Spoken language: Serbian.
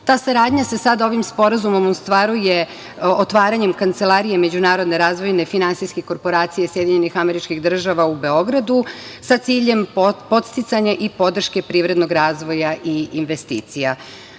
saradnja se sada ovim sporazumom ostvaruje otvaranjem Kancelarije međunarodne razvojne finansijske korporacije SAD u Beogradu sa ciljem podsticanja i podrške privrednog razvoja i investicija. Dolazak